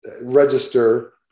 register